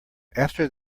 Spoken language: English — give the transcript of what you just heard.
after